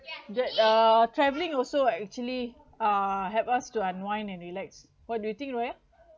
that uh travelling also actually uh help us to unwind and relax what do you think raya